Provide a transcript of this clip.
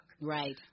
Right